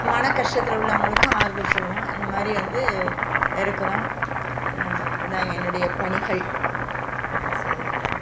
மன கஷ்டத்தில் உள்ளவங்களுக்கு ஆறுதல் சொல்லுவோம் இந்த மாதிரி வந்து இருக்கிறோம் இதான் என்னுடைய பணிகள் நான் செய்யறது